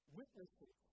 witnesses